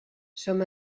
som